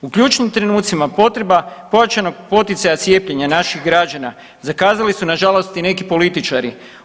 U ključnim trenucima potreba pojačanog poticaja cijepljenja naših građana zakazali su nažalost i neki političari.